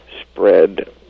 spread